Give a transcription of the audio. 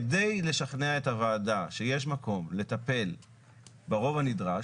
כדי לשכנע את הוועדה שיש מקום לטפל ברוב הנדרש,